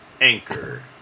anchor